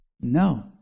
No